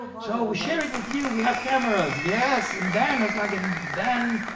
so we share it with you, we have cameras. yes, and then. i was like, and then,